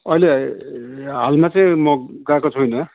अहिले हालमा चाहिँ म गएको छुइनँ